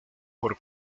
por